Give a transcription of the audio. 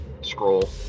scroll